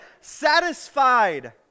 satisfied